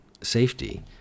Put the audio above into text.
safety